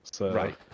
Right